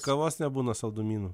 kavos nebūna saldumynų